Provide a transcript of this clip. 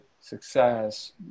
success